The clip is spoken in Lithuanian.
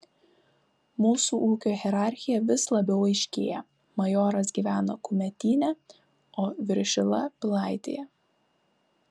mūsų ūkio hierarchija vis labiau aiškėja majoras gyvena kumetyne o viršila pilaitėje